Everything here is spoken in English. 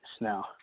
Now